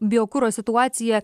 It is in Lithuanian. biokuro situaciją